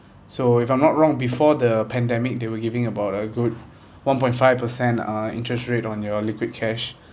so if I'm not wrong before the pandemic they were giving about a good one point five per cent uh interest rate on your liquid cash